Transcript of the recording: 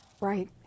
right